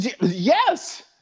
Yes